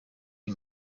gea